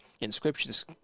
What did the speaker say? inscriptions